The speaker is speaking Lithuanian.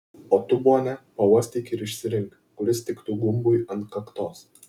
o tu bone pauostyk ir išsirink kuris tiktų gumbui ant kaktos